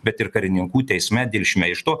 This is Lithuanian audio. bet ir karininkų teisme dėl šmeižto